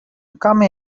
come